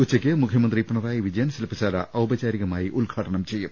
ഉച്ചയ്ക്ക് മുഖ്യമന്ത്രി പിണറായി വിജയൻ ശില്പശാല ഉദ്ഘാടനം ചെയ്യും